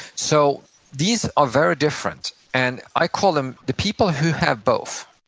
so these are very different, and i call them the people who have both,